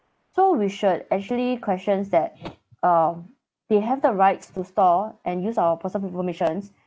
so we should actually questions that uh they have the rights to store and use our personal informations